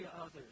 others